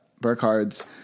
burkhard's